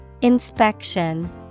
Inspection